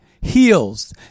heals